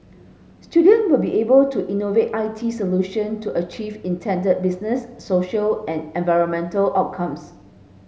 student will be able to innovate I T solution to achieve intended business social and environmental outcomes